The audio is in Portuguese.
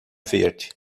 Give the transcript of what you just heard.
verde